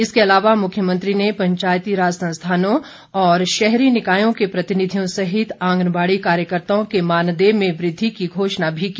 इसके अलावा मुख्यमंत्री ने पंचायती राज संस्थानों और शहरी निकायों के प्रतिनिधियों सहित आंगनवाड़ी कार्यकर्ताओं के मानदेय में वृद्धि की घोषणा भी की